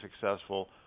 successful